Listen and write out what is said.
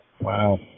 Wow